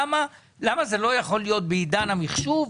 למה זה לא יכול להיות בעידן המחשוב,